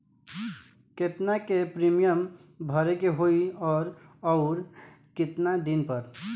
केतना के प्रीमियम भरे के होई और आऊर केतना दिन पर?